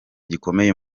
gikomeye